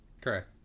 Correct